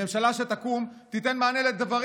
הממשלה שתקום תיתן מענה לדברים